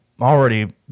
already